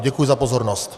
Děkuji za pozornost.